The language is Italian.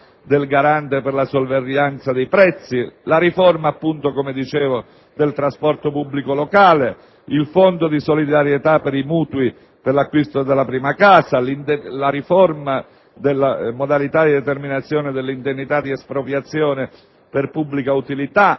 del Garante per la sorveglianza dei prezzi; riforma - come anticipato - del trasporto pubblico locale; Fondo di solidarietà per i mutui per l'acquisto della prima casa; riforma della modalità di determinazione dell'indennità di espropriazione per pubblica utilità;